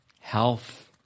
health